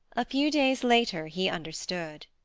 a few days later he understood.